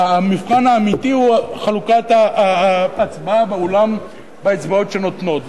המבחן האמיתי הוא חלוקת ההצבעה באולם באצבעות שנותנות.